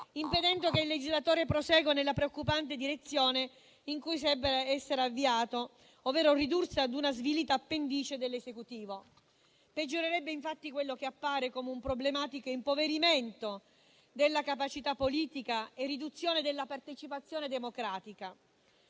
impedendo che il legislatore prosegua nella preoccupante direzione in cui sembra essere avviato, ovvero ridursi ad una svilita appendice dell'Esecutivo. Peggiorerebbe, infatti, quello che appare come un problematico impoverimento della capacità politica e riduzione della partecipazione democratica.